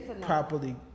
properly